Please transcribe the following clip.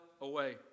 away